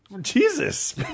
Jesus